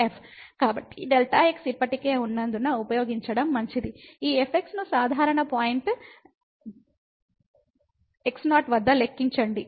కాబట్టి Δx ఇప్పటికే ఉన్నందున ఉపయోగించడం మంచిది ఈ fx ను సాధారణ పాయింట్ x0 వద్ద లెక్కించండి